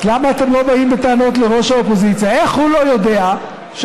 אז למה אתם לא באים בטענות לראש האופוזיציה: איך הוא לא יודע שראש